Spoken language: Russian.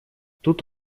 тут